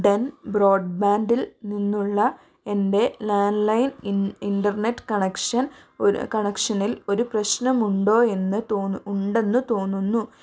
Den ബ്രോഡ്ബാൻഡിൽ നിന്നുള്ള എൻ്റെ ലാൻഡ് ലൈൻ ഇൻ്റർനെറ്റ് കണക്ഷൻ കണക്ഷനിൽ ഒരു പ്രശ്നമുണ്ടോ എന്ന് ഉണ്ടെന്ന് തോന്നുന്നു